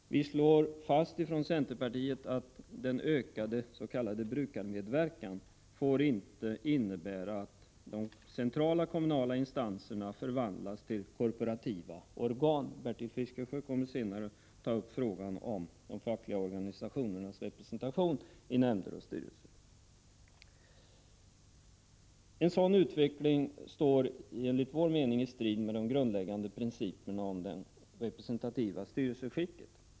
Vi slår från centerpartiet fast att ökad s.k. brukarmedverkan inte får innebära att de centrala kommunala instanserna förvandlas till korporativa organ. Bertil Fiskesjö kommer senare att ta upp frågan om de fackliga organisationernas representation i nämnder och styrelser. En sådan utveckling står enligt vår mening i strid med de grundläggande principerna om det representativa styrelseskicket.